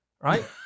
Right